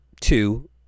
two